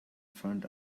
front